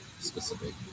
specific